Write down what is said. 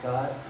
God